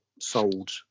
sold